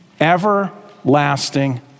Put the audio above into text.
everlasting